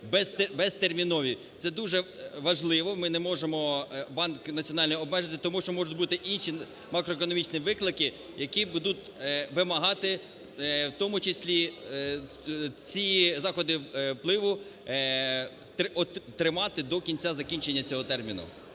безтермінові. Це дуже важливо. Ми не можемо банки національні обмежити. Тому що можуть бути інші макроекономічні виклики, які будуть вимагати в тому числі ці заходи впливу тримати до кінця закінчення цього терміну.